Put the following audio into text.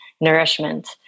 nourishment